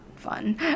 fun